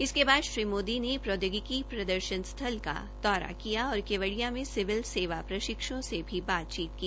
उसके बाद श्री मोदी ने प्रौद्योगिकी प्रदर्शन स्थल का दौरा किया और केवडिया में सिविल सेवा प्रशिक्ष्न्ओं से भी बातचीत की